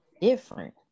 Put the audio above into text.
different